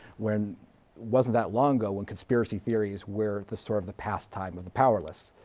when wasn't that long ago when conspiracy theories where the sort of the pastime of the powerless.